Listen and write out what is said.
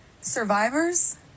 survivors